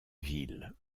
ville